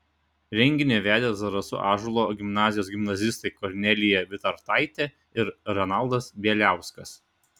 renginį vedė zarasų ąžuolo gimnazijos gimnazistai kornelija vitartaitė ir renaldas bieliauskas